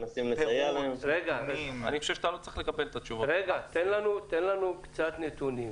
מנסים לסייע להם -- תן לנו קצת נתונים,